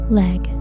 leg